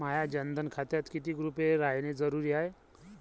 माह्या जनधन खात्यात कितीक रूपे रायने जरुरी हाय?